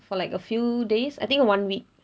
for like a few days I think one week